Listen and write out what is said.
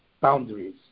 boundaries